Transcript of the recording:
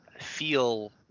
feel